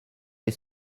les